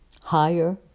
higher